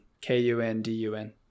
K-U-N-D-U-N